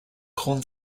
corn